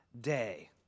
day